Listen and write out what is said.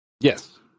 Yes